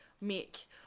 make